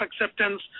acceptance